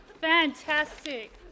Fantastic